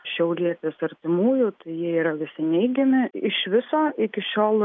šiaulietės artimųjų tai jie yra visi neigiami iš viso iki šiol